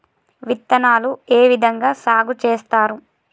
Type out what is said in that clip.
విత్తనాలు ఏ విధంగా సాగు చేస్తారు?